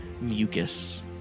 mucus